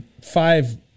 five